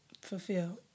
Fulfilled